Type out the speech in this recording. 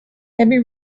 heavy